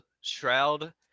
Shroud